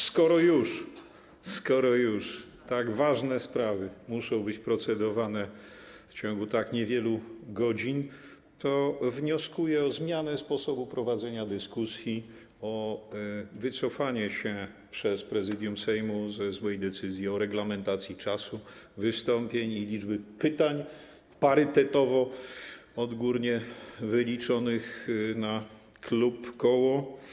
Skoro już tak ważne sprawy muszą być procedowane w ciągu tak niewielu godzin, to wnioskuję o zmianę sposobu prowadzenia dyskusji, o wycofanie się przez Prezydium Sejmu ze złej decyzji o reglamentacji czasu wystąpień i liczby pytań parytetowo, odgórnie wyliczonych na klub, koło.